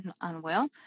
unwell